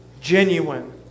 genuine